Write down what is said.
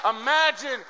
imagine